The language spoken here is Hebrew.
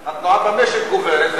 ואז התנועה במשק גוברת,